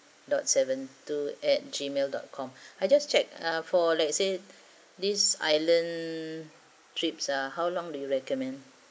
dot seven two at gmail dot com I just checked for let's say this island trips ah how long do you recommend